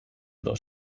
edo